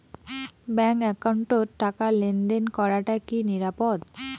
Bank একাউন্টত টাকা লেনদেন করাটা কি নিরাপদ?